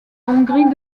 hongrie